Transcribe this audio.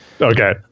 okay